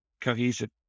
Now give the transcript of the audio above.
cohesive